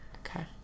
Okay